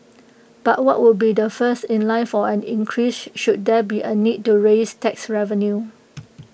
but what would be the first in line for an increase should there be A need to raise tax revenue